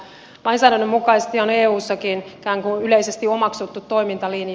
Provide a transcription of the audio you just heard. lainsäädännön mukaisesti on eussakin ikään kuin yleisesti omaksuttu toimintalinja